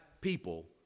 people